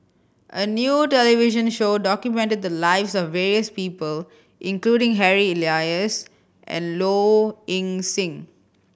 a new television show documented the lives of various people including Harry Elias and Low Ing Sing